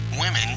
Women